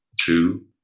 two